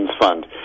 Fund